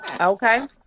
Okay